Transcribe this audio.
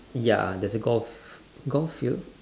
ya there's a golf golf field